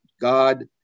God